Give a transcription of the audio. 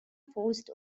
forced